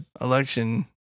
election